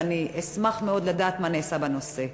ואני אשמח מאוד לדעת מה נעשה בנושא.